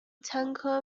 玄参科